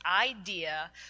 idea